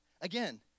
again